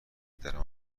دارم